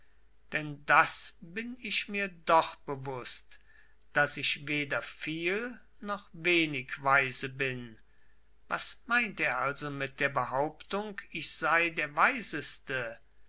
denn das bin ich mir doch bewußt daß ich weder viel noch wenig weise bin was meint er also mit der behauptung ich sei der weiseste